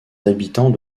habitants